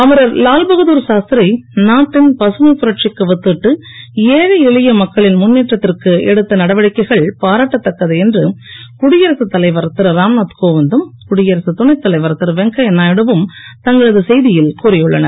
அமரர் லால்பகதூர் சாஸ்திரி நாட்டின் பசுமை புரட்சிக்கு வித்திட்டு ஏழை எளிய மக்களின் முன்னேற்றத்திற்கு எடுத்த நடவடிக்கைகள் பாராட்டதக்கது என்று குடியரசு தலைவர் திரு ராம்நாத் கோவிந்தும் குடியரசு துணைத் தலைவர் திரு வெங்கையநாயுடுவும் தங்களது செய்தியில் கூறி உள்ளனர்